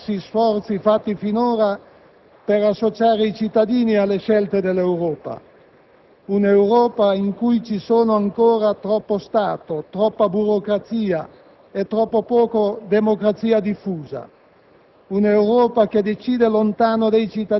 Sono ragioni che risiedono negli scarsi sforzi fatti finora per associare i cittadini alle scelte dell'Europa; un'Europa in cui ci sono ancora troppo Stato, troppa burocrazia e troppo poca democrazia diffusa;